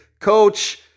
Coach